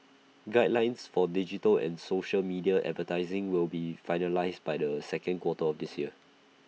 guidelines for digital and social media advertising will be finalised by the second quarter of this year